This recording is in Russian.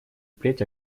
впредь